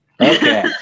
Okay